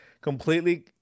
completely